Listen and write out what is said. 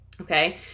okay